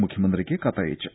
മുഖ്യമന്ത്രിക്ക് കത്തയച്ചു